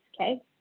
okay